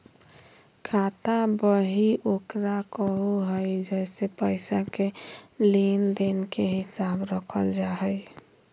खाता बही ओकरा कहो हइ जेसे पैसा के लेन देन के हिसाब रखल जा हइ